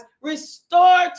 Restore